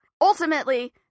ultimately